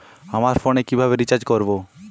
আমার ফোনে কিভাবে রিচার্জ করবো?